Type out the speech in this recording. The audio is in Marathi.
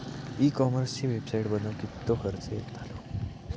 ई कॉमर्सची वेबसाईट बनवक किततो खर्च येतलो?